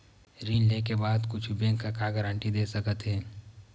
ऋण लेके बाद कुछु बैंक ह का गारेंटी दे सकत हे?